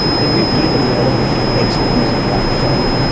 i think we've gained a lot of expertise on that front.